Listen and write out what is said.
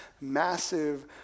massive